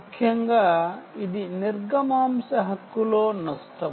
ముఖ్యంగా ఇది త్తృపుట్ లో నష్టం